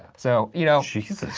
so you know. jesus